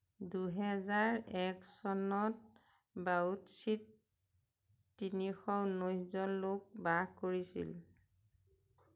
দুহেজাৰ এক চনত বাউডছীত তিনিশ ঊনৈছজন লোক বাস কৰিছিল